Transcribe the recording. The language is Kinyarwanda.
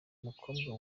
umukobwa